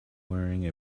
wearing